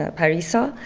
ah parissa,